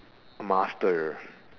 master